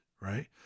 right